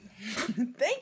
Thank